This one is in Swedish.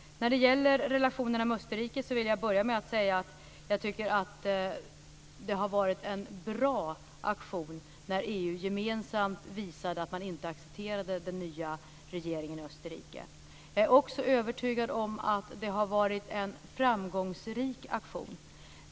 När det gäller relationerna med Österrike vill jag börja med att säga att jag tycker att det har varit en bra aktion att EU gemensamt visat att man inte accepterar den nya regeringen i Österrike. Jag är också övertygad om att det har varit en framgångsrik aktion.